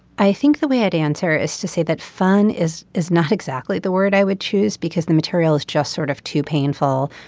i think the way i'd answer is to say that fun is is not exactly the word i would choose because the material is just sort of too painful.